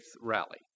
rally